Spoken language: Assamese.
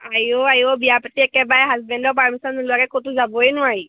আইও আইও বিয়া পাতি একেবাৰে হাজবেণ্ডৰ পাৰমিশ্য়ন নোলোৱে ক'তো যাবই নোৱাৰি